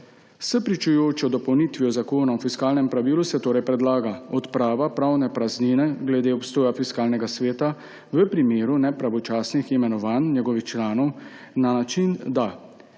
S pričujočo dopolnitvijo Zakona o fiskalnem pravilu se torej predlaga odprava pravne praznine glede obstoja Fiskalnega sveta v primeru nepravočasnih imenovan njegovih članov na način, da